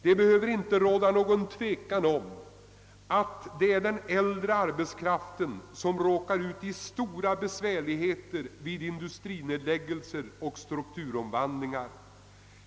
Det behöver inte råda något tvivel om att det är den äldre arbetskraften som råkar i stora besvärligheter vid industrinedläggelse och strukturomvandlingar.